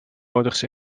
ouders